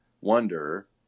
wonder